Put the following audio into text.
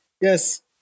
yes